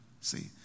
see